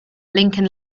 lincoln